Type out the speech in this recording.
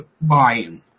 buying